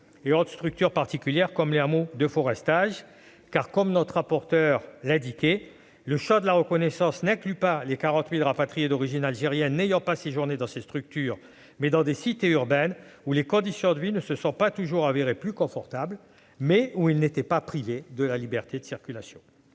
ces seules structures. Comme l'indique notre rapporteure, « le champ de la reconnaissance n'inclut pas les 40 000 rapatriés d'origine algérienne n'ayant pas séjourné dans ces structures, mais dans des cités urbaines, où les conditions de vie ne se sont pas toujours avérées plus confortables, mais où ils n'étaient pas privés de la liberté de circulation